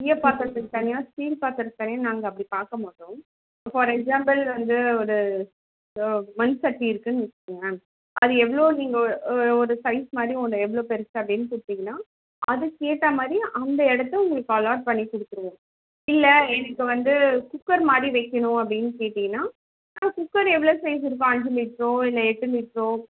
ஈயப்பாத்திரத்துக்கு தனியாக ஸ்டீல் பாத்திரத்துக்கு தனியாக நாங்கள் அப்படி பார்க்க மாட்டோம் ஃபார் எக்ஸாம்பிள் வந்து ஒரு மண் சட்டி இருக்குதுன்னு வச்சுக்கோங்களேன் அது எவ்வளோ நீங்கள் ஓ ஒரு சைஸ் மாதிரி ஒன்று எவ்வளோ பெருசு அப்படின்னு கொடுத்தீங்கன்னா அதுக்கு ஏற்றமாரி அந்த இடத்த உங்களுக்கு அலார்ட் பண்ணி கொடுத்துருவோம் இல்லை எனக்கு வந்து குக்கர் மாதிரி வைக்கணும் அப்படின்னு கேட்டிங்கன்னால் ஆ குக்கர் எவ்வளோ சைஸ் இருக்கும் அஞ்சு லிட்டரோ இல்லை எட்டு லிட்டரோ